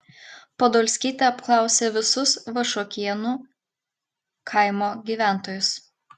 podolskytė apklausė visus vašuokėnų kaimo gyventojus